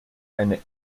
eine